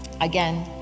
Again